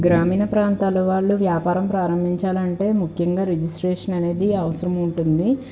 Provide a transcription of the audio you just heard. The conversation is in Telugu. గ్రామీణ ప్రాంతాల వాళ్ళు వ్యాపారం ప్రారంభించాలంటే ముఖ్యంగా రిజిస్ట్రేషన్ అనేది అవసరం ఉంటుంది